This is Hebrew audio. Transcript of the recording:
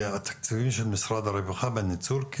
התקציבים של משרד הרווחה בניצול,